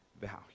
value